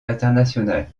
internationale